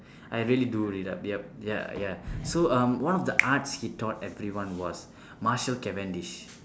I really do read up yup ya ya so um one of the arts he taught everyone was martial cavendish